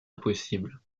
impossible